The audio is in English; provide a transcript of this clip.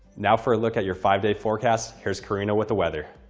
now for a look at your five-day forecast, here's karina with the weather.